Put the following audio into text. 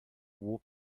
warp